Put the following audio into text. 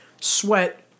sweat